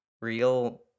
real